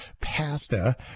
pasta